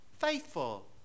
faithful